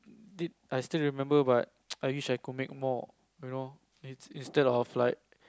did I still remember but I wish I could make more you know it instead of like